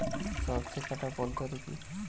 সরষে কাটার পদ্ধতি কি?